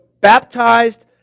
baptized